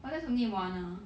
but that's only one ah